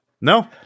No